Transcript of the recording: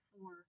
four